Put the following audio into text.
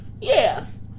yes